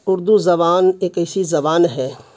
اردو زبان ایک ایسی زبان ہے